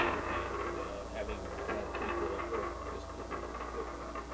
and having drunk people at work just did not fit that.